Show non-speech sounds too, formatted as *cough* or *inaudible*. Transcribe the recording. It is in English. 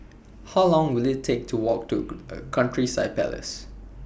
How Long Will IT Take to Walk to *noise* Countryside Palace